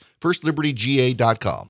FirstLibertyGA.com